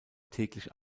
täglich